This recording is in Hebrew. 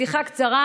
בשיחה קצרה,